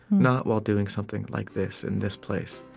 not while doing something like this in this place.